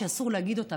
שאסור להגיד אותה,